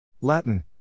Latin